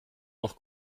noch